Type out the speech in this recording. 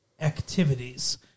Activities